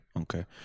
okay